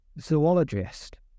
zoologist